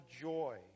joy